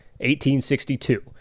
1862